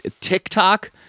TikTok